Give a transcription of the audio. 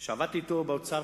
שעבדתי אתו באוצר,